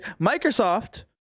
Microsoft